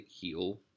heal